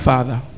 Father